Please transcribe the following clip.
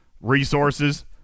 resources